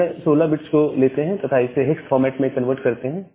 हम यह 16 बिट्स को लेते हैं तथा इसे हेक्स फॉर्मेट में कन्वर्ट करते हैं